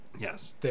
Yes